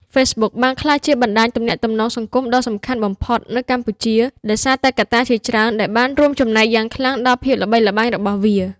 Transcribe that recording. Facebook បានក្លាយជាបណ្តាញទំនាក់ទំនងសង្គមដ៏សំខាន់បំផុតនៅកម្ពុជា ដោយសារតែកត្តាជាច្រើនដែលបានរួមចំណែកយ៉ាងខ្លាំងដល់ភាពល្បីល្បាញរបស់វា។